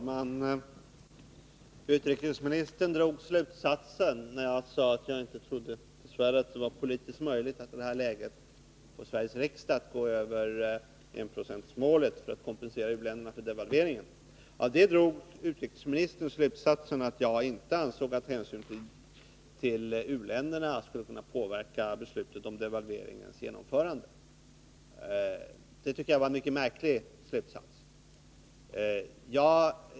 Fru talman! Jag sade att jag dess värre inte trodde att det var politiskt möjligt att i detta läge få Sveriges riksdag att gå över enprocentsmålet för att kompensera u-länderna för devalveringen. Av det drog utrikesministern slutsatsen att jag inte ansåg att hänsyn till u-länderna hade kunnat påverka beslutet om devalveringens genomförande. Det tycker jag var en märklig slutsats.